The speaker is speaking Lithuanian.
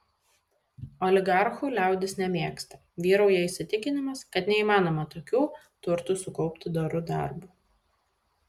oligarchų liaudis nemėgsta vyrauja įsitikinimas kad neįmanoma tokių turtų sukaupti doru darbu